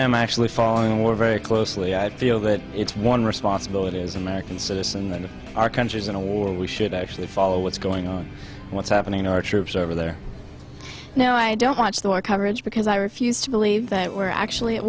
am actually following war very closely i feel that it's one responsibility as american citizen that our country is in a war we should actually follow what's going on what's happening to our troops over there no i don't watch the war coverage because i refuse to believe that we're actually at